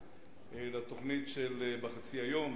לתוכנית "בחצי היום",